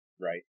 Right